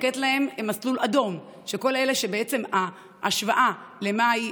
אפשר לתת להם מסלול אדום לכל אלה שההשוואה למאי